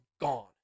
gone